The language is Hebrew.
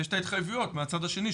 ויש את ההתחייבויות מהצד השני,